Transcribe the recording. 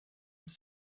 ils